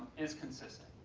is consistent.